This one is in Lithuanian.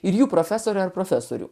ir jų profesorių ar profesorių